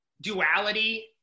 duality